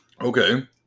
Okay